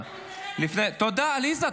עליזה,